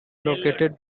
located